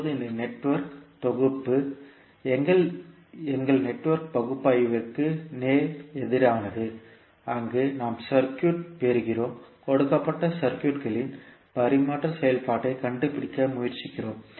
இப்போது இந்த நெட்வொர்க் தொகுப்பு எங்கள் நெட்வொர்க் பகுப்பாய்விற்கு நேர் எதிரானது அங்கு நாம் சர்க்யூட் பெறுகிறோம் கொடுக்கப்பட்ட சர்க்யூட்களின் பரிமாற்ற செயல்பாட்டைக் கண்டுபிடிக்க முயற்சிக்கிறோம்